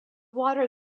water